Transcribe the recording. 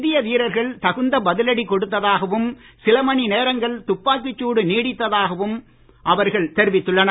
இந்திய வீரர்கள் தகுந்த பதிலடி கொடுத்ததாகவும் சில மணி நேரங்கள் துப்பாக்கிச் சூடு நீடித்தாகவும் அவர்கள் தெரிவித்துள்ளனர்